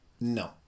no